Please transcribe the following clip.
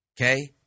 okay